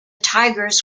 tigers